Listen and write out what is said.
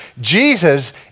Jesus